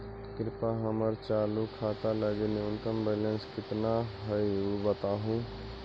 कृपया हमर चालू खाता लगी न्यूनतम बैलेंस कितना हई ऊ बतावहुं